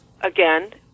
again